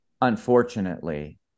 Unfortunately